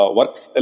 works